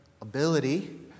ability